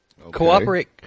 Cooperate